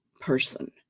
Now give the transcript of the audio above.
person